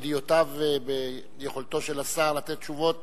יש לנו יתרון רב בידיעותיו וביכולתו של השר לתת תשובות